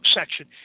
section